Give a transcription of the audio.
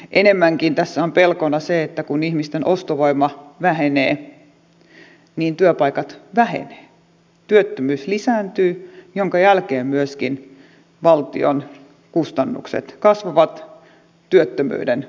enemmänkin tässä on pelkona se että kun ihmisten ostovoima vähenee niin työpaikat vähenevät työttömyys lisääntyy minkä jälkeen myöskin valtion kustannukset kasvavat työttömyyden hoitona